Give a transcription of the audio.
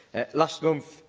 last month,